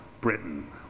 Britain